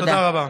תודה רבה.